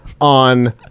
on